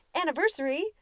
anniversary